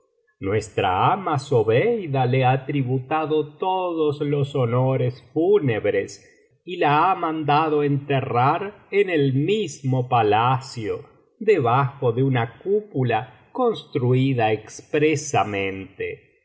nuestra ama zobeida le ha tributado todos los honores fúnebres y la ha mandado enterrar en el mismo palacio debajo de una cúpula construida expresamente